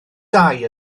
dau